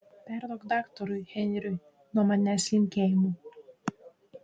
perduok daktarui henriui nuo manęs linkėjimų